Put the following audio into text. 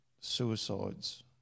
suicides